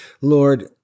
Lord